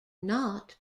not